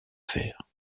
faire